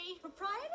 Propriety